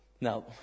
Now